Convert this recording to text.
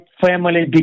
family